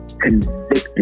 convicted